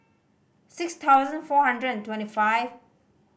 six thousand four hundred and twenty five